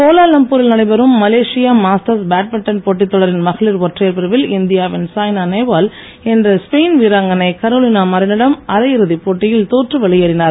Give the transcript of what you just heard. கோலாலம்பூரில் நடைபெறும் Malaysia masters badminton போட்டித் தொடரின் மகளிர் ஒற்றையர் பிரிவில் இந்தியாவின் சாய்னா நேவால் இன்று ஸ்பெயின் வீராங்கனை கரோலினா மாரினிடம் அரையிறுதிப் போட்டியில் தோற்று வெளியேறினார்